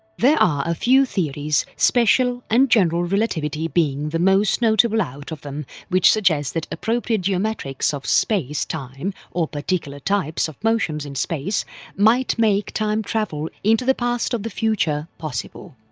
there are a few theories, special and general relativity being the most notable out of them which suggest that appropriate geometrics of space time or particular types of motions in space might make time travel into the past of the future possible.